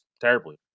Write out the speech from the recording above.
terribly